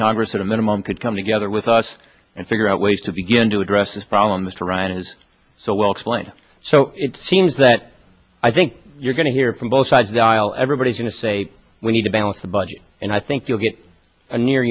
congress at a minimum could come together with us and figure out ways to begin to address this problem mr ryan is so well explained so it seems that i think you're going to hear from both sides the aisle everybody's going to say we need to balance the budget and i think you'll get a near